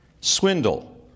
swindle